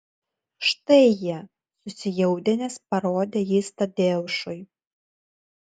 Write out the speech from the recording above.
štai jie susijaudinęs parodė jis tadeušui